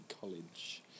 college